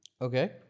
okay